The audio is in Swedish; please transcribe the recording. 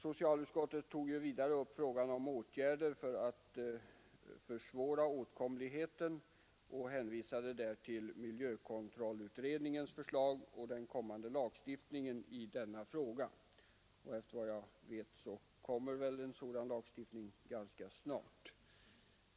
Socialutskottet tog vidare upp frågan om åtgärder för att försvåra åtkomligheten och hänvisade till miljökontrollutredningens förslag och den kommande lagstiftningen i denna fråga. Efter vad jag vet kommer förslag till en sådan lagstiftning ganska snart.